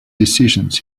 decisions